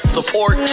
Support